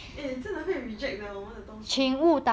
eh 真的会 reject 的我们的东西吗:de wo men de dong xi ma